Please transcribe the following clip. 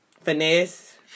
Finesse